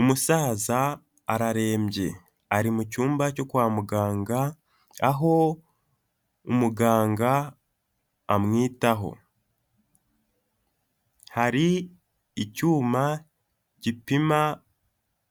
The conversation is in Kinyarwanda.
Umusaza ararembye ari mu cyumba cyo kwa muganga aho muganga amwitaho, hari icyuma gipima